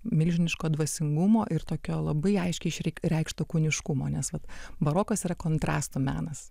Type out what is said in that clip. milžiniško dvasingumo ir tokio labai aiškiai išreikšto kūniškumo nes vat barokas yra kontrastų menas